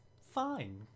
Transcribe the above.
fine